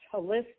holistic